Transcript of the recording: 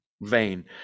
vain